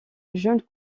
jeune